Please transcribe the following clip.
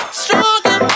stronger